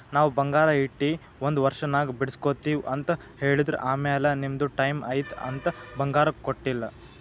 ನಾವ್ ಬಂಗಾರ ಇಟ್ಟಿ ಒಂದ್ ವರ್ಷನಾಗ್ ಬಿಡುಸ್ಗೊತ್ತಿವ್ ಅಂತ್ ಹೇಳಿದ್ರ್ ಆಮ್ಯಾಲ ನಿಮ್ದು ಟೈಮ್ ಐಯ್ತ್ ಅಂತ್ ಬಂಗಾರ ಕೊಟ್ಟೀಲ್ಲ್